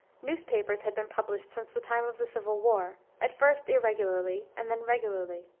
newspapers had been published since the time of the civil war at first irregularly, and then regularly.